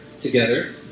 together